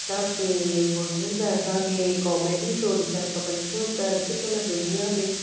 असांखे घुरजनि असांखे कॉमेडी शो ॾिसणु खपनि छो त अॼुकल्ह दुनिया में